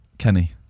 Kenny